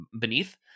Beneath